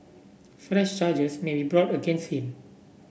fresh charges may be brought against him